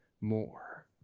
more